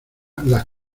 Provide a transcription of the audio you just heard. las